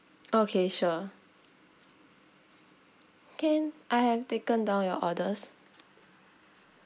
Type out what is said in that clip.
okay sure can I have taken down your orders